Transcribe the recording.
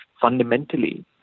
fundamentally